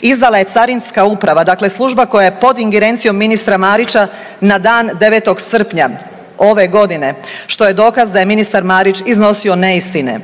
izdala je Carinska uprava, dakle služba koja je pod ingerencijom ministra Marića, na dan 9. srpnja ove godine, što je dokaz da je ministar Marić iznosio neistine.